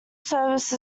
service